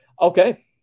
okay